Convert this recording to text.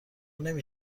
نمی